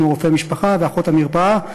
כמו רופא משפחה ואחות המרפאה,